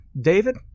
David